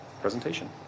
presentation